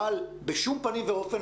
אבל בשום פנים ואופן,